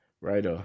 Right